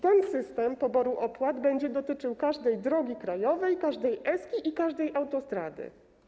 Ten system poboru opłat będzie dotyczył każdej drogi krajowej, każdej drogi S i każdej autostrady.